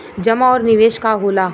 जमा और निवेश का होला?